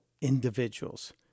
individuals